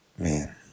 Man